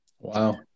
Wow